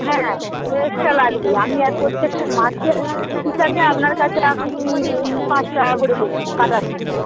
হ্যাঁ এক্সট্রা লাগবে আমি আর প্রত্যেকটা মাছের হিসাবে আপনার কাছে আমি পাঁচ টাকা করে নেব কাটার জন্য